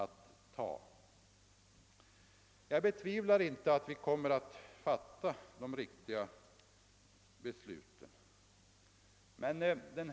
Men jag betvivlar inte att vi då kommer att fatta de riktiga besluten.